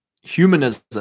humanism